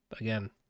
again